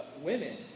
Women